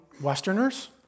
Westerners